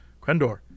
Quendor